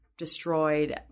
destroyed